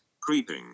creeping